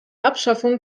abschaffung